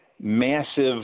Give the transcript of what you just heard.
massive